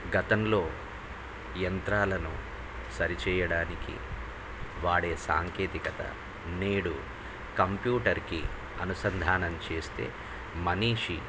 గతంలో యంత్రాలను సరిచేయడానికి వాడే సాంకేతికత నేడు కంప్యూటర్కి అనుసంధానం చేస్తే మనిషి